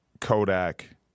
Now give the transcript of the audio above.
Kodak